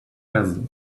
basil